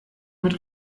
mit